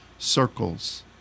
circles